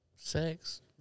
Sex